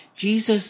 Jesus